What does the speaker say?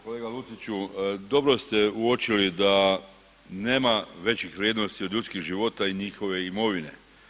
Kolega Luciću dobro ste uočili da nema većih vrijednosti od ljudskih života i njihove imovine.